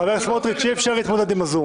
חבר הכנסת סמוטריץ', אי-אפשר להתמודד עם הזום.